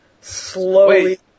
slowly